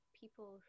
people